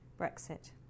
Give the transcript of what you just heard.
Brexit